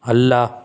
ಅಲ್ಲ